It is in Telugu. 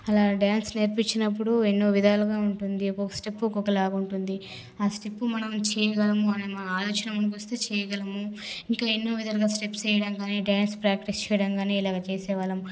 అలా డ్యాన్స్ నేర్పించినప్పుడు ఎన్నో విధాలుగా ఉంటుంది ఒకొక్క స్టెప్పు ఒక్కొక్క లాగ ఉంటుంది ఆ స్టెప్పు మనము చేయగలము అనే మన ఆలోచన మనకొస్తే చేయగలము ఇంకా ఎన్నో విధాలుగా స్టెప్స్ వేయడం కాని డ్యాన్స్ ప్రాక్టీస్ చేయడం కాని ఇలాగ చేసే వాళ్ళం